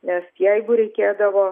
nes jeigu reikėdavo